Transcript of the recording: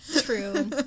True